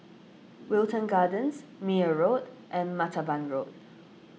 Wilton Gardens Meyer Road and Martaban Road